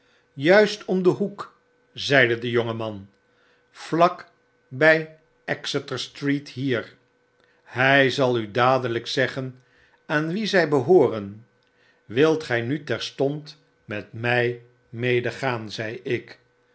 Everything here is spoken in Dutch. juist om den hoek zeide de jonge man vlak by exeter street hier hij zal u aadelijk zeggen aan wien zy behooren wilt gii nu terstond met my medegaan zei ik